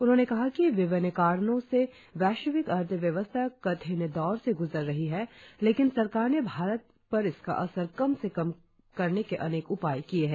उन्होंने कहा कि विभिन्न कारणों से वैश्विक अर्थव्यवस्था कठिन दौर से ग्जर रही है लेकिन सरकार ने भारत पर इसका असर कम से कम करने के अनेक उपाय किए हैं